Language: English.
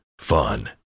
fun